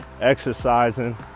exercising